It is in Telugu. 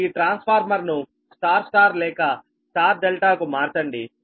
ఇప్పుడు ఈ ట్రాన్స్ఫార్మర్ను Y Y లేక Y ∆ కు మార్చండి